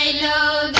ah no